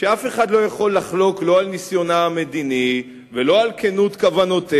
ואף אחד לא יכול לחלוק לא על ניסיונה המדיני ולא על כנות כוונותיה,